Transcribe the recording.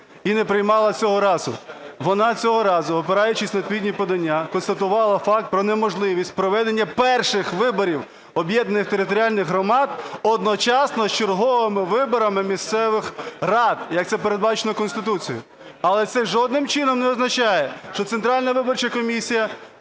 і не приймала цього разу. Вона цього разу, опираючись на відповідні подання, констатувала факт про неможливість проведення перших виборів об'єднаних територіальних громад одночасно з черговими виборами місцевих рад, як це передбачено Конституцією. Але це жодним чином не означає, що Центральна виборча комісія